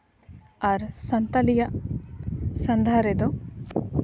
ᱟᱨ ᱥᱟᱱᱛᱟᱲᱤᱭᱟᱜ ᱥᱟᱸᱫᱷᱟ ᱨᱮᱫᱚ